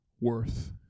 worth